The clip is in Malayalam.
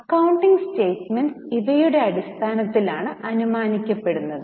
അക്കൌണ്ടിംഗ് സ്റ്റേറ്റ്മെന്റ്സ് ഇവയുടെ അടിസ്ഥാനത്തിലാണെന്ന് അനുമാനിക്കപ്പെടുന്നു